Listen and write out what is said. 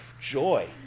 joy